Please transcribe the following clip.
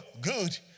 good